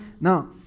Now